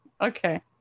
okay